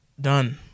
Done